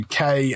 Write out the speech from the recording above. UK